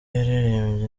yaririmbye